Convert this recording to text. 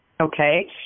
Okay